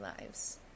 lives